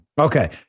Okay